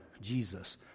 Jesus